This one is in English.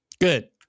Good